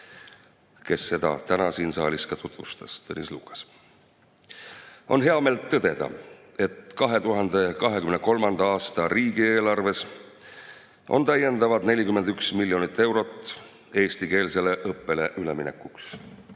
kes seda täna siin saalis tutvustas, Tõnis Lukas. On hea meel tõdeda, et 2023. aasta riigieelarves on täiendavad 41 miljonit eurot eestikeelsele õppele üleminekuks,